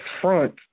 front